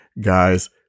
guys